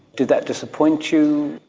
did that disappoint you?